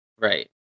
Right